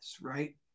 right